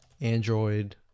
Android